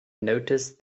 noticed